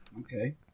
Okay